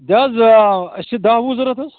دِ حظ اَسہِ چھِ دَہ وُہ ضوٚرت حظ